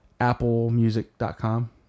AppleMusic.com